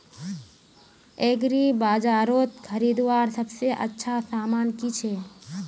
एग्रीबाजारोत खरीदवार सबसे अच्छा सामान की छे?